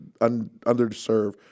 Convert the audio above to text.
underserved